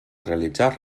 realitzar